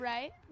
Right